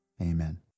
amen